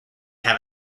have